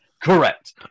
Correct